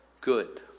good